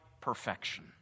perfection